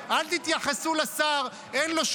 כמו שאמר להם השופט סולברג: לא הבנתי מה הקשר בין מה